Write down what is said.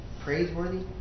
praiseworthy